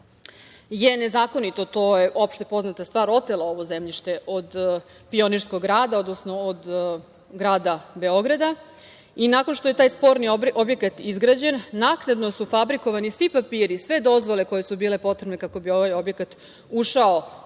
je nezakonito, to je opšte poznata stvar, otela ovo zemljište od Pionirskog rada, odnosno od grada Beograda i nakon što je taj sporni objekat izgrađen naknadno su fabrikovani svi papiri, sve dozvole koje su bile potrebne kako bi ovaj objekat ušao u